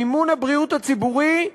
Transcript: מימון הבריאות הציבורי,